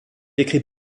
écrit